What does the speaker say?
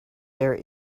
there